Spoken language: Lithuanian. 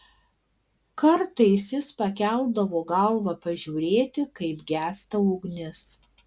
kartais jis pakeldavo galvą pažiūrėti kaip gęsta ugnis